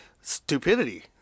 stupidity